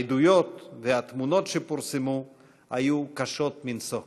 העדויות והתמונות שפורסמו היו קשות מנשוא.